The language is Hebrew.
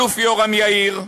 האלוף יורם יאיר,